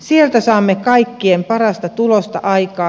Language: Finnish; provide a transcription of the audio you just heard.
sieltä saamme kaikkein parasta tulosta aikaan